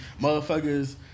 motherfuckers